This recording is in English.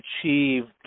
achieved